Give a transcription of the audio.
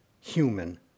human